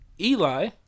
Eli